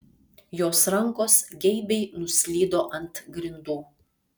jos rankos geibiai nuslydo ant grindų